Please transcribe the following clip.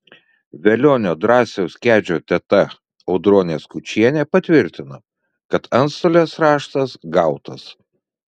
velionio drąsiaus kedžio teta audronė skučienė patvirtino kad antstolės raštas gautas